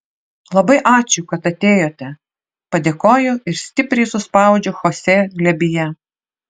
labai ačiū kad atėjote padėkoju ir stipriai suspaudžiu chosė glėbyje